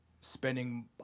spending